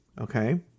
Okay